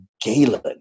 Galen